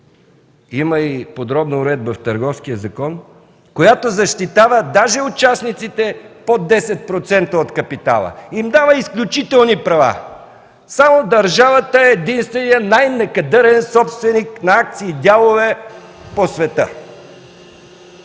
Има и подробна уредба в Търговския закон, която защитава дори участниците под 10% от капитала и им дава изключителни права. Само държавата е единственият най-некадърен собственик на акции и дялове по света.